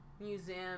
museum